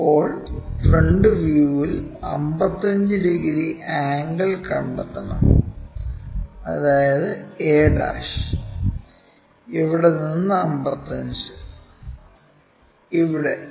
ഇപ്പോൾ ഫ്രണ്ട് വ്യൂവിൽ 55 degree angle കണ്ടെത്തണം അതായത് a' ഇവിടെ നിന്ന് 55 ഇവിടെ